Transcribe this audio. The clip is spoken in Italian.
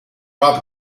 rob